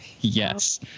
yes